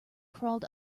crawled